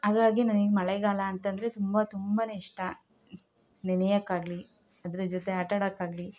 ಹಾಗಾಗಿ ನನಿಗೆ ಮಳೆಗಾಲ ಅಂತಂದರೆ ತುಂಬ ತುಂಬ ಇಷ್ಟ ನೆನೆಯೋಕ್ಕಾಗ್ಲಿ ಅದ್ರ ಜೊತೆ ಆಟಾಡೋಕ್ಕಾಗ್ಲಿ